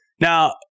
Now